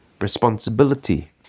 responsibility